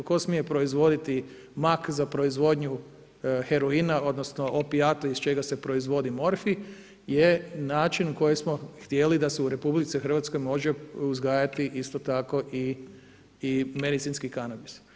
Tko smije proizvoditi mak za proizvodnju heroina odnosno opijata iz čega se proizvodi morfij je način koji smo htjeli da se u RH može uzgajati isto tako i medicinski kanabis.